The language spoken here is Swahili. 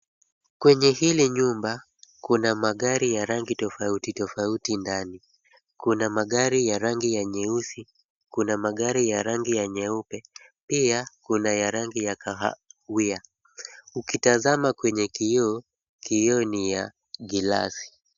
Kwenye hili nyumba kuna magari ya rangi tofauti tofauti ndani. Kuna magari ya rangi ya nyeusi, kuna magari ya rangi ya nyeupe, pia kuna ya rangi ya kahawia. Ukitazama kwenye kioo, kioo ni ya glasi.